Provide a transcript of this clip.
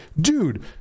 dude